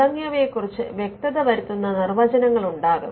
തുടങ്ങിയവയെ കുറിച്ച് വ്യക്തത വരുത്തുന്ന നിർവചനങ്ങൾ ഉണ്ടാകും